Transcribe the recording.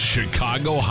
Chicago